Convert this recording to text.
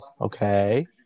okay